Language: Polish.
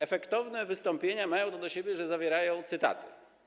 Efektowne wystąpienia mają to do siebie, że zawierają cytaty.